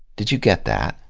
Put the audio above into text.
did you get that?